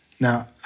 Now